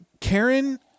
karen